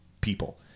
people